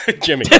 Jimmy